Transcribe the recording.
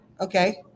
Okay